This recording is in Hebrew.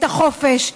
את החופש,